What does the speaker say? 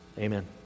Amen